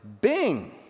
bing